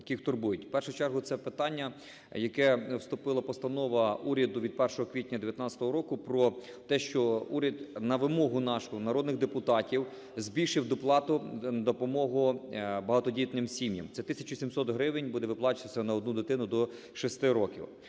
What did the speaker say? В першу чергу це питання, яке… вступила Постанова уряду від 1 квітня 19-го року про те, що уряд на вимогу нашу, народних депутатів, збільшив доплату на допомогу багатодітним сім'ям. Це 1 тисяча 700 гривень буде виплачуватись на одну дитину до 6 років.